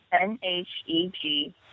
N-H-E-G